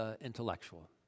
intellectual